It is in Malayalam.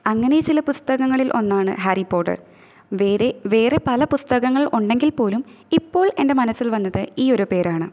അങ്ങനെ ചില പുസ്തകങ്ങളില് ഒന്നാണ് ഹാരി പോട്ടര് വേറെ വേറെ പല പുസ്തകങ്ങള് ഉണ്ടെങ്കിൽ പോലും ഇപ്പോള് എന്റെ മനസ്സില് വന്നത് ഈ ഒരു പേരാണ്